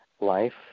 life